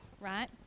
right